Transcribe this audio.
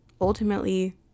Ultimately